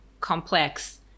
complex